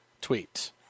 tweet